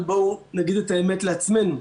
אבל בואו נגיד את האמת לעצמנו: